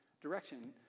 direction